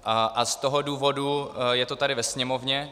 A z toho důvodu je to tady ve Sněmovně.